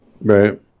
Right